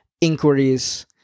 inquiries